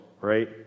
right